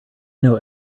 know